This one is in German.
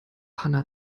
hanna